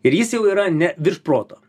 ir jis jau yra ne virš proto